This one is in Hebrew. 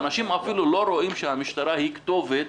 האנשים אפילו לא רואים שהמשטרה היא כתובת